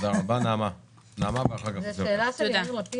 דבר אחרון,